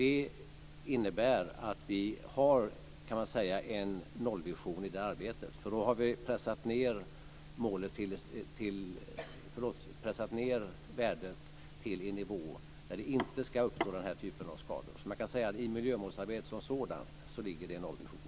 Man kan säga att det innebär att vi har en nollvision i det arbetet. Då har vi pressat ned värdet till en nivå där den här typen av skador inte ska uppstå. Man kan säga att det i miljömålsarbetet som sådant ligger en nollvision.